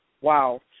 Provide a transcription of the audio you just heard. Wow